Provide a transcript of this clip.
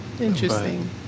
Interesting